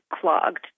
clogged